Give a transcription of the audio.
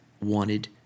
wanted